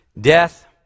death